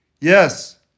Yes